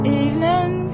evening